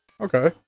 okay